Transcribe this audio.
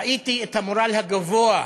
ראיתי את המורל הגבוה,